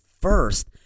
first